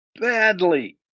badly